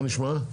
מה נשמע?